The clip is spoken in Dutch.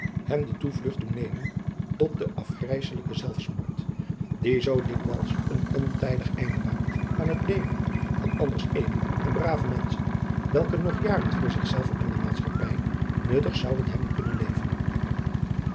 hen de toevlugt doen nemen tot den afgrijsselijken zelfsmoord die zoo dikwijls een ontijdig einde maakt aan het leven van anders edele en brave menschen welke nog jaren voor zichzelve en de maatschappij nuttig zouden hebben kunnen leven